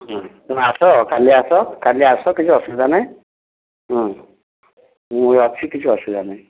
ହଁ ତୁମେ ଆସ କାଲି ଆସ କାଲି ଆସ କିଛି ଅସୁବିଧା ନାହିଁ ହୁଁ ମୁଁ ବି ଛି କିଛି ଅସୁବିଧା ନାହିଁ